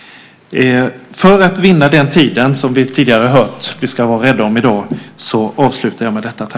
Vi har hört att vi har ont om tid i dag, och därför avslutar jag med detta.